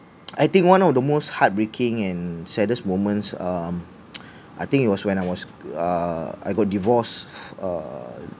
I think one of the most heartbreaking and saddest moments um I think it was when I was err I got divorced err